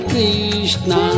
Krishna